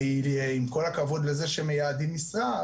כי עם כל הכבוד לזה שמייעדים משרה,